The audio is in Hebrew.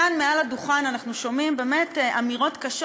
כאן, מעל הדוכן, אנחנו שומעים באמת אמירות קשות.